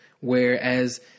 whereas